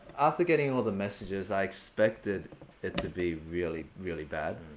after getting all the messages, i expected it to be really, really bad.